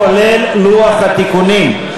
כולל לוח התיקונים.